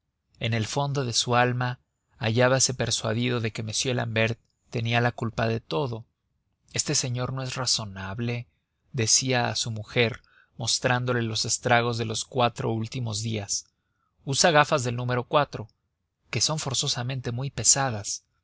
en el fondo de su alma hallábase persuadido de que m l'ambert tenía la culpa de todo este señor no es razonable decía a su mujer mostrándole los estragos de los cuatro últimos días usa gafas del número que son forzosamente muy pesadas